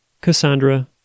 Cassandra